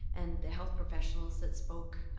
and the health professionals that spoke